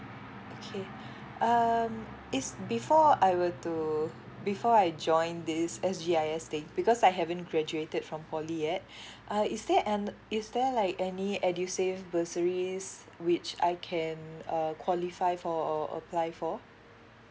okay um it's before I were to before I join this S G I S thing because I haven't graduated from poly yet uh is there and is there like any edusave bursaries which I can uh qualify for or apply for